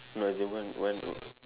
no as in when when